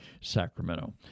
Sacramento